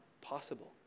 possible